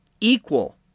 equal